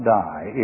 die